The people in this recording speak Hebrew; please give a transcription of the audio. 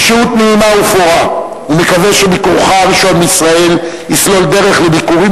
בשהות נעימה ופורה ומקווה שביקורך הראשון בישראל יסלול דרך לביקורים